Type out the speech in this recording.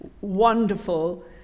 wonderful